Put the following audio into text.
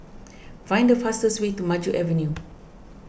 find the fastest way to Maju Avenue